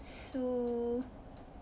so